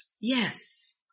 Yes